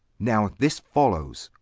now this followes,